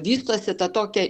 vystosi ta tokia